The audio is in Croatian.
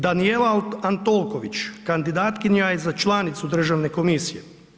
Danijela Antolković kandidatkinja je za članicu Državne komisije.